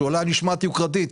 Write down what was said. שאולי נשמעת יוקרתית.